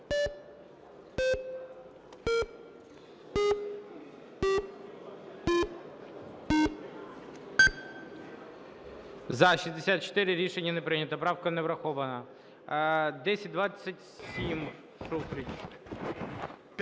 За-64 Рішення не прийнято. Правка не врахована. 1027,